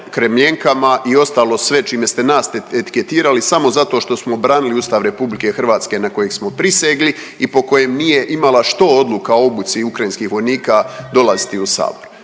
kremljenkama i ostalo sve čime ste nas etiketirali samo zato što smo branili Ustav RH na kojeg smo prisegli i po kojem nije imala što odluka o obuci ukrajinskih vojnika dolaziti u Sabor.